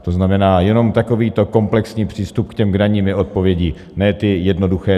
To znamená, jenom takovýto komplexní přístup k daním je odpovědí, ne ty jednoduché.